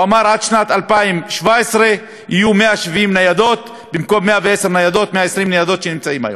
אמר שעד שנת 2017 יהיו 170 ניידות במקום 110 120 ניידות שנמצאות היום,